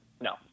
No